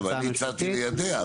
כן אבל אני הצעתי ליידע.